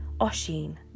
Oshin